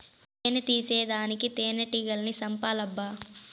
తేని తీసేదానికి తేనెటీగల్ని సంపాలబ్బా